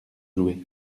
jouer